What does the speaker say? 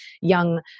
young